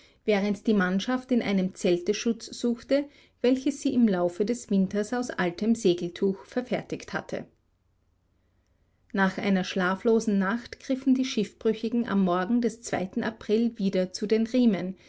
während die mannschaft in einem zelte schutz suchte welches sie im laufe des winters aus altem segeltuch verfertigt hatte nach einer schlaflosen nacht griffen die schiffbrüchigen am morgen des zweiten april wieder zu den riemen